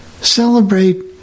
celebrate